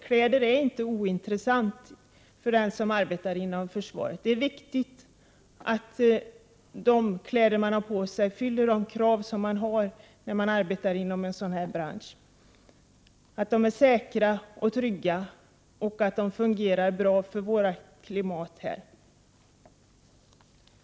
Kläderna är inte ointressanta för dem som arbetar inom försvaret. Det är viktigt att de kläder man har på sig uppfyller de krav som man har när man arbetar inom en sådan här bransch. De måste vara säkra, trygga och fungera bra i vårt klimat.